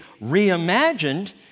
reimagined